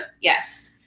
yes